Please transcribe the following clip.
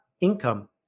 income